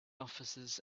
officers